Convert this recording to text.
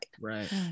Right